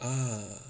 ah